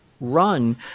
run